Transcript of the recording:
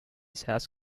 seas